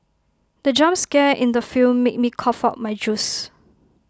the jump scare in the film made me cough out my juice